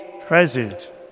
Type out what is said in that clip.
present